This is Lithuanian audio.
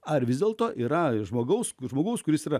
ar vis dėlto yra žmogaus žmogaus kuris yra